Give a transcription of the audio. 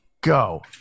go